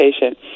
patient